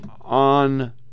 on